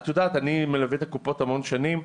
אני מלווה את הקופות המון שנים,